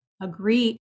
agree